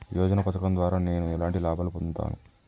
యోజన పథకం ద్వారా నేను ఎలాంటి లాభాలు పొందుతాను?